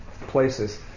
places